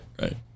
right